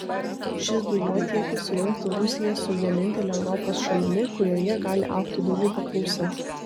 šis dujotiekis sujungtų rusiją su vienintele europos šalimi kurioje gali augti dujų paklausa